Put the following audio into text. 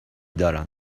دارن